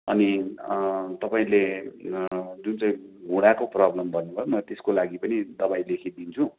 अनि तपाईँले जुन चाहिँ घुँडाको प्रब्लम भन्नुभयो म त्यसको लागि पनि दबाई लेखिदिन्छु